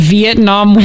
Vietnam